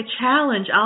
challenge